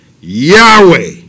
Yahweh